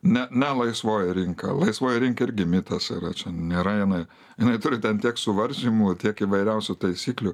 ne ne laisvoji rinka laisvoji rinka irgi mitas yra čia nėra jinai jinai turi ten tiek suvaržymų tiek įvairiausių taisyklių